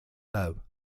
low